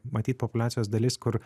matyt populiacijos dalis kur